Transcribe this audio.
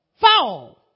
Fall